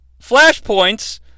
flashpoints